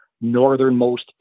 northernmost